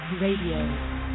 Radio